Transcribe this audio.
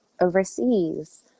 overseas